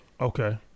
Okay